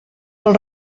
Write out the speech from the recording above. pel